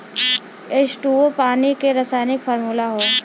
H two O पानी के रासायनिक फार्मूला हौ